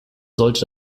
sollte